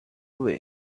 away